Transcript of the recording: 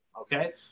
okay